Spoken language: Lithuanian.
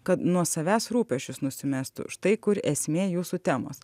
kad nuo savęs rūpesčius nusimestų štai kur esmė jūsų temos